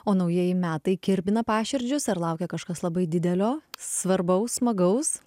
o naujieji metai kirbina paširdžius ar laukia kažkas labai didelio svarbaus smagaus